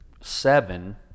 seven